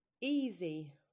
Easy